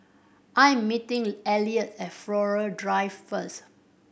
I'm meeting Elliot at Flora Drive first